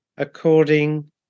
according